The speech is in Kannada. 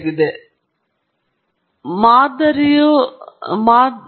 ಈಗ ಇನ್ಪುಟ್ ಮತ್ತು ಔಟ್ಪುಟ್ ಪ್ಲಾಟ್ ಅನ್ನು ಇಲ್ಲಿ ತೋರಿಸಲಾಗಿದೆ